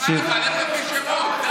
נלך לפי שמות?